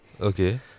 Okay